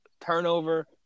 turnover